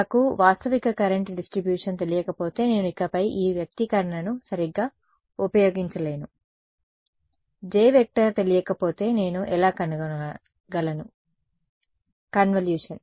నాకు వాస్తవిక current distribution తెలియకపోతే నేను ఇకపై ఈ వ్యక్తీకరణను సరిగ్గా ఉపయోగించలేను J తెలియకపోతే నేను ఎలా కనుగొనగలను కన్వల్యూషన్